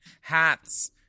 hats